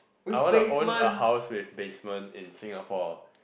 I want to own a house with basement in Singapore